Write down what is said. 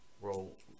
roll